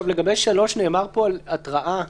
לגבי (3), נאמר פה על התראה.